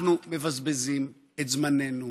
אנחנו מבזבזים את זמננו